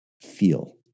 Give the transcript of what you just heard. feel